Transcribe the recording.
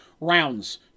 rounds